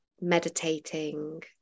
meditating